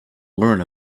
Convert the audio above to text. learn